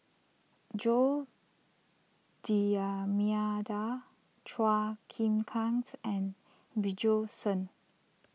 Jose D'Almeida Chua king Kang's and Bjorn Shen